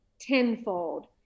tenfold